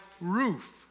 roof